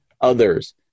others